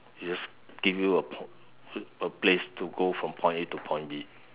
it just give you a a place to go from point A to point B